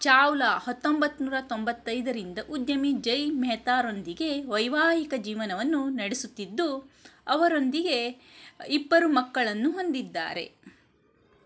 ಚಾವ್ಲಾ ಹತ್ತೊಂಬತ್ತುನೂರ ತೊಂಬತ್ತೈದರಿಂದ ಉದ್ಯಮಿ ಜಯ್ ಮೆಹ್ತಾರೊಂದಿಗೆ ವೈವಾಹಿಕ ಜೀವನವನ್ನು ನಡೆಸುತ್ತಿದ್ದು ಅವರೊಂದಿಗೆ ಇಬ್ಬರು ಮಕ್ಕಳನ್ನು ಹೊಂದಿದ್ದಾರೆ